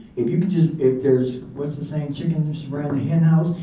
if you could just if there's. what's the saying? chickens around the henhouse?